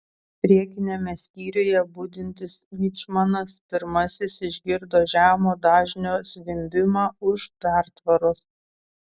priekiniame skyriuje budintis mičmanas pirmasis išgirdo žemo dažnio zvimbimą už pertvaros